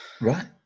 Right